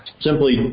simply